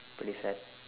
pretty sad